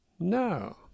No